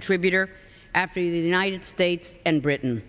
contributor after the united states and britain